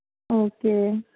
okay